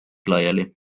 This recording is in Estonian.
laiali